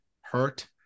Hurt